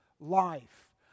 life